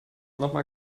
nochmal